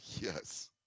Yes